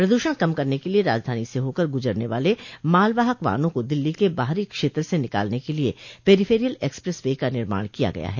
प्रदूषण कम करने के लिए राजधानी से होकर गुजरने वाले मालवाहक वाहनों को दिल्ली के बाहरी क्षेत्र से निकालने के लिए पेरीफेरियल एक्सप्रेस वे का निर्माण किया गया है